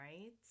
right